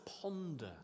ponder